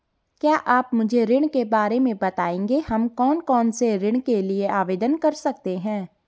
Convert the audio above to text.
क्या आप मुझे ऋण के बारे में बताएँगे हम कौन कौनसे ऋण के लिए आवेदन कर सकते हैं?